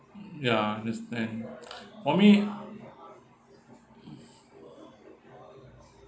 ya I understand for me